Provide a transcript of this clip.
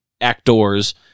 actors